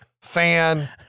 fan